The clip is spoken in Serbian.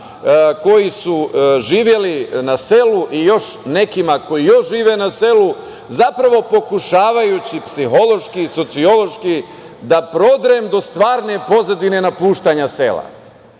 koji su živeli na selu i još sa nekima koji žive na selu, pokušavajući psihološki, sociološki da prodrem do stvarne pozadine napuštanja sela.